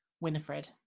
Winifred